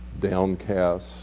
downcast